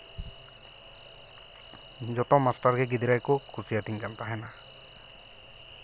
ᱡᱚᱛᱚ ᱢᱟᱥᱴᱟᱨ ᱜᱮ ᱜᱤᱫᱽᱨᱟᱹ ᱠᱚ ᱠᱩᱥᱤᱭᱟᱛᱤᱧ ᱠᱟᱱ ᱛᱟᱦᱮᱱᱟ